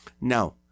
Now